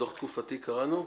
דוח תקופתי קראנו?